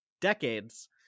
decades